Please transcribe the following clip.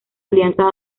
alianza